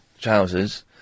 trousers